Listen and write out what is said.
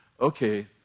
Okay